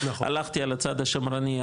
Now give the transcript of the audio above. הלכתי על הצד השמרני,